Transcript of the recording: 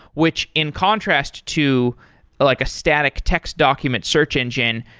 which in contrast to like a static text document search engine,